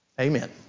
Amen